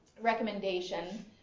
recommendation